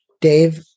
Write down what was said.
Dave